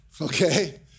okay